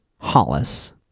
Hollis